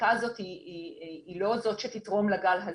הבדיקה הזאת היא לא זאת שתתרום לגל הזה.